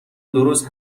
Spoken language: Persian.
درست